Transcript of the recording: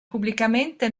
pubblicamente